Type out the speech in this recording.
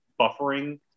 buffering